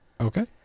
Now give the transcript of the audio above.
Okay